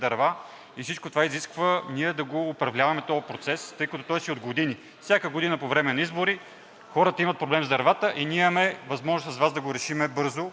Всичко това изисква ние да управляваме този процес, тъй като той е от години. Всяка година по време на избори хората имат проблем с дървата и ние с Вас имаме възможност да го решим бързо.